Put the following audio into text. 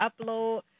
upload